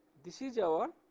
this is our